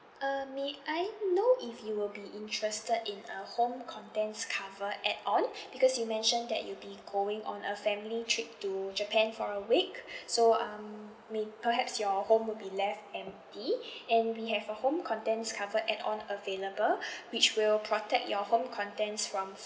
uh may I know if you would be interested in a home contents cover add on because you mentioned that you'll be going on a family trip to japan for a week so um may~ perhaps your home would be left empty and we have a home contents covers add on available which will protect your home contents from